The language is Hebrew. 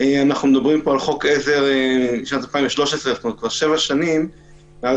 אנחנו מדברים פה על חוק עזר משנת 2013. זאת אומרת שכבר שבע שנים מאז